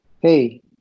Hey